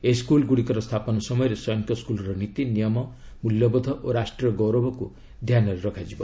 ଏହି ସ୍କୁଲ ଗୁଡ଼ିକର ସ୍ଥାପନ ସମୟରେ ସୈନିକ ସ୍କୁଲର ନୀତି ନିୟମ ମୂଲ୍ୟବୋଧ ଓ ରାଷ୍ଟ୍ରୀୟ ଗୌରବକୁ ଧ୍ୟାନରେ ରଖାଯିବ